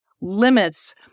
limits